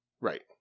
Right